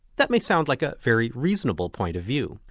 that may sound like a very reasonable point of view,